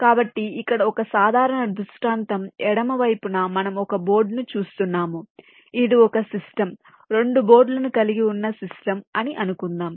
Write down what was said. కాబట్టి ఇక్కడ ఒక సాధారణ దృష్టాంతం ఎడమ వైపున మనం ఒక బోర్డును చూస్తున్నాము ఇది ఒక సిస్టమ్ 2 బోర్డులను కలిగి ఉన్న సిస్టమ్ అని అనుకుందాం